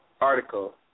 article